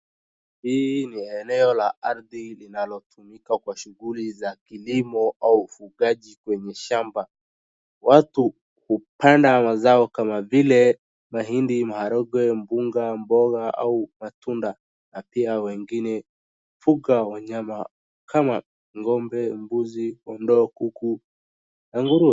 Hili ni eneo la ardhi linalotumika kwa shughuli za kilimo au ufugaji kwenye shamba. Watu hupanda mazao kama vile mahindi, maharangwe, mbunga, mboga au matunda na pia wengine hufuga wanyama kama ng'ombe, mbuzi, kondoo, kuku na nguruwe.